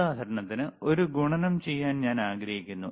ഉദാഹരണത്തിന് ഒരു ഗുണനം ചെയ്യാൻ ഞാൻ ആഗ്രഹിക്കുന്നു